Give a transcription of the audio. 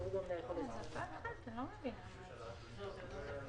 כמה שאני מבין את המצב,